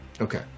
Okay